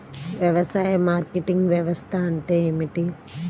వ్యవసాయ మార్కెటింగ్ వ్యవస్థ అంటే ఏమిటి?